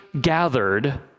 gathered